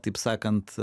taip sakant